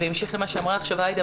בהמשך למה שאמרה עכשיו עאידה,